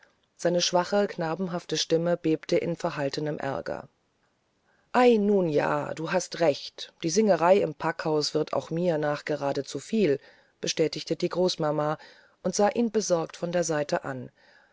seine schwache knabenhafte stimme bebte im verhaltenen aerger ei nun ja du hast recht die singerei im packhause wird auch mir nachgerade zu viel bestätigte die großmama und sah ihn besorgt von der seite an